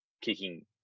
kicking